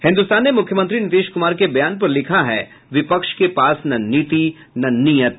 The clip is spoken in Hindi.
हिन्द्रस्तान ने मुख्यमंत्री नीतीश कुमार के बयान पर लिखा है विपक्ष के पास न नीति न नियत